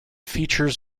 features